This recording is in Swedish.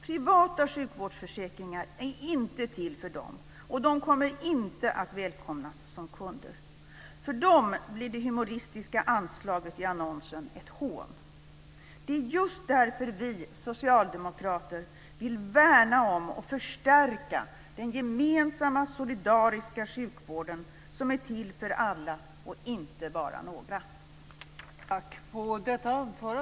Privata sjukvårdsförsäkringar är inte till för dem, och de kommer inte att välkomnas som kunder. För dem blir det humoristiska anslaget i annonsen ett hån. Det är just därför vi socialdemokrater vill värna om och förstärka den gemensamma solidariska sjukvården som är till för alla och inte bara för några.